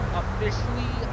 officially